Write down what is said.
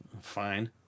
Fine